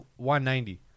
190